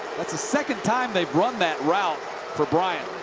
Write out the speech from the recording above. that's the second time they've run that route for bryant.